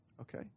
Okay